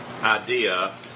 idea